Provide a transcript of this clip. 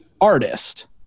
artist